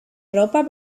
ropa